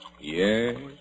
Yes